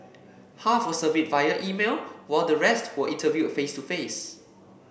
half were surveyed via email while the rest were interviewed face to face